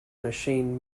machine